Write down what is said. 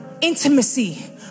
Intimacy